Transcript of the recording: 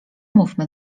mówmy